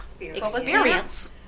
experience